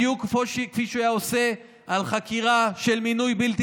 בדיוק כפי שהוא היה עושה בחקירה של מינוי בלתי